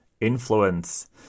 influence